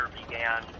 began